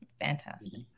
fantastic